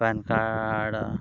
PAN card